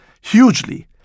hugely